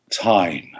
Time